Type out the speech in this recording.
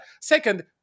Second